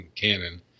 canon